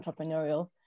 entrepreneurial